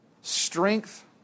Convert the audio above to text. strength